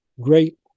great